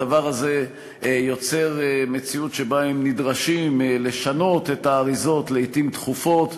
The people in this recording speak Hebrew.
הדבר הזה יוצר מציאות שבה הם נדרשים לשנות את האריזות לעתים תכופות,